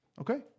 Okay